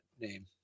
name